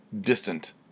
distant